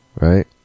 right